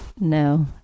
no